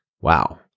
Wow